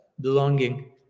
belonging